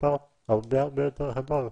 המספר הרבה יותר גדול.